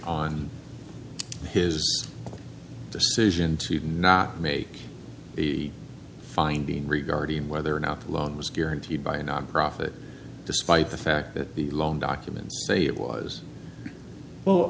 on his decision to not make the finding regarding whether or not the loan was guaranteed by a nonprofit despite the fact that the loan documents say it was well